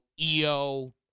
EO